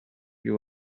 you